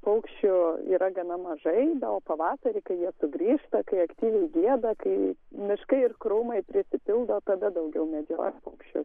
paukščių yra gana mažai na o pavasarį kai jie sugrįžta kai aktyviai gieda kai miškai ir krūmai prisipildo tada daugiau medžioja paukščius